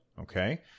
Okay